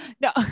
No